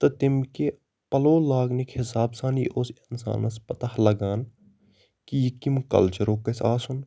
تہٕ تَمۍ کہِ پَلو لاگنٕکۍ حسابہٕ سان یہِ اوس اِنسانَس پَتہ لگان کہِ یہِ کَمۍ کَلچَرُک گژھِ آسُن